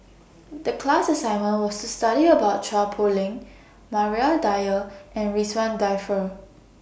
The class assignment was to study about Chua Poh Leng Maria Dyer and Ridzwan Dzafir